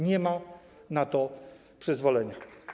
Nie ma na to przyzwolenia.